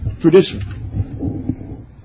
tradition